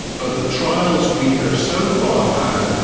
but the trials we have so far had,